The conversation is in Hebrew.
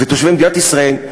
בתושבי מדינת ישראל,